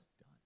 done